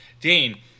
Dane